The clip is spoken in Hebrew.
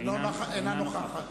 אינה נוכחת